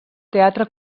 teatre